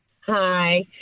Hi